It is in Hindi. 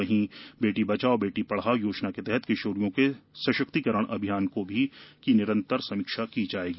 वहीं बेटी बचाओ बेटी पढ़ाओं योजना के तहत किशोरियों के सशक्तिकरण अभियान की भी निरंतर समीक्षा की जाएगी